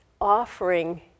offering